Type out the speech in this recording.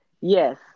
Yes